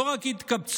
לא רק התקבצות